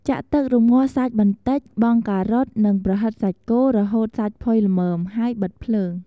ចាក់ទឹករំងាស់សាច់បន្តិច បង់ការ៉ុត និងប្រហិតសាច់គោ រហូតសាច់ផុយល្មម ហើយបិទភ្លើង។